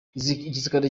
igisirikare